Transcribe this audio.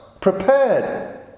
prepared